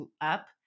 up